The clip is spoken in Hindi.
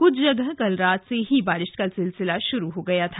कुछ जगह कल रात से ही बारिश का सिलसिला शुरू हो गया था